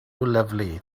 lovely